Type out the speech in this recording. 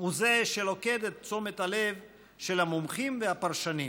הוא שלוכד את תשומת הלב של המומחים והפרשנים,